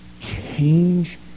change